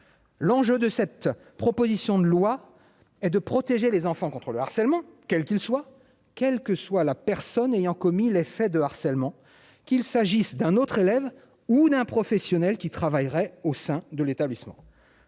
L'enjeu de cette proposition de loi et de protéger les enfants contre le harcèlement, quel qu'il soit, quelle que soit la personne ayant commis les faits de harcèlement, qu'il s'agisse d'un autre élève ou d'un professionnel qui travaillerait au sein de l'établissement.